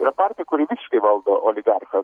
yra tarpų kur visiškai valdo oligarchas